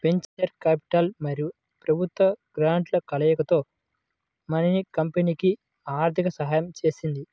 venture capital మరియు ప్రభుత్వ గ్రాంట్ల కలయికతో మిన్నీ కంపెనీకి ఆర్థిక సహాయం చేసింది